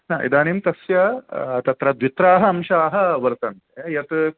इदानीं तस्य तत्र द्वित्राः अंशाः वर्तन्ते यत्